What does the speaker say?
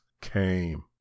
came